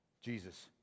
Jesus